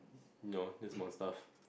no just more stuff